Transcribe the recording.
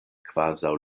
kvazaŭ